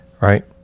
right